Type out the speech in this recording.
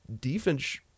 defense